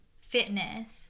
fitness